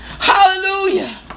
Hallelujah